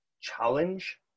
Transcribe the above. challenge